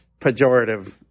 pejorative